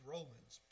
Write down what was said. Romans